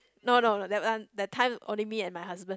no no no that one that time only me and my husband